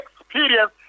experience